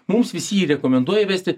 mums visi jį rekomenduoja įvesti